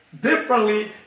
differently